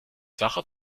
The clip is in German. sacher